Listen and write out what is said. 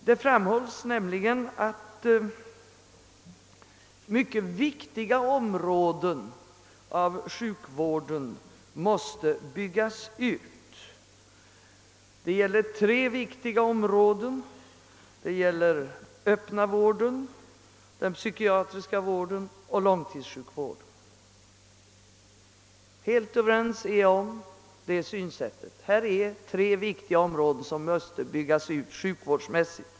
Det framhålles att tre mycket viktiga områden av sjukvården måste byggas ut, nämligen den öppna vården, den psykiatriska vården och långtidssjukvården. Vi är helt överens om detta synsätt. Detta är tre viktiga områden som måste byggas ut sjukvårdsmässigt.